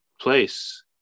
place